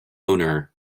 owner